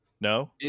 No